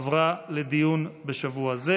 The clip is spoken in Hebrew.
עברה לדיון בשבוע זה.